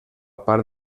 part